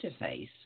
interface